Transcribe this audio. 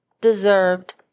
deserved